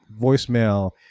voicemail